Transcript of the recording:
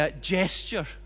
gesture